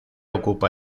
ocupa